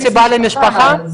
אחר כך עשיתם מסיבה למשפחה?